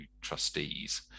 trustees